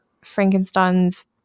Frankenstein's